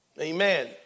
Amen